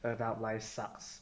adult life sucks